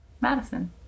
Madison